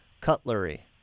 Cutlery